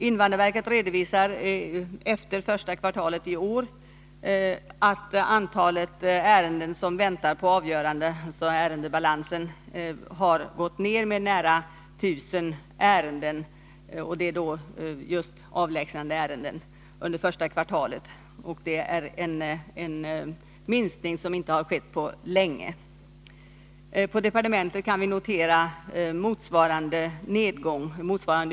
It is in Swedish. Invandrarverket redovisar att antalet avlägsnandeärenden som väntar på avgörande, alltså ärendebalansen, under första kvartalet i år har gått ned med nära 1 000 ärenden. Det är en minskning som vi inte har sett någon motsvarighet till på länge. På departementet kan vi notera motsvarande trend.